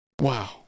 Wow